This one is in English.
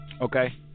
Okay